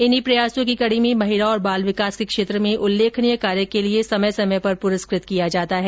इन्ही प्रयासों की कड़ी में महिला और बाल विकास के क्षेत्र में उल्लेखनीय कार्य के लिए समय समय पर पुरस्कृत किया जाता है